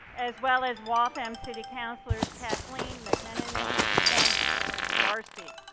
as well as waltham city councilors kathleen mcmenimem and george darcy.